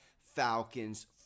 Falcons